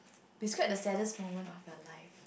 describe the saddest moment of your life